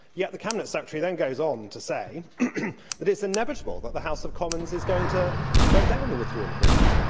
yet the cabinet secretary then goes on to say that it's inevitable that the house of commons is going to vote down the withdrawal agreement,